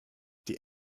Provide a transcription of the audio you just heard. die